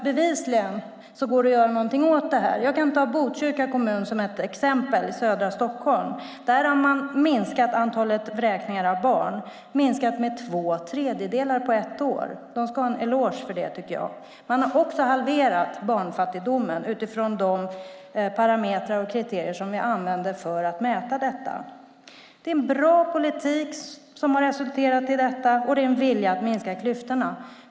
Bevisligen går det att göra något åt det här. Jag kan ta Botkyrka kommun i södra Stockholm som ett exempel. Där har man minskat antalet vräkningar av barn med två tredjedelar på ett år. Det ska man ha en eloge för, tycker jag. Man har också halverat barnfattigdomen utifrån de parametrar och kriterier som vi använder för att mäta detta. Det är en bra politik som har resulterat i detta och en vilja att minska klyftorna.